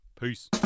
Peace